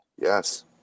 Yes